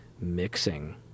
mixing